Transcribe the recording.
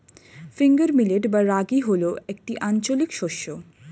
finger millet বা রাগী হল একটি আঞ্চলিক শস্য